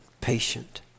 patient